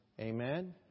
Amen